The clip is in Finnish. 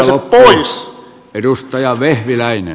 siitä ei pääse pois